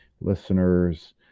listeners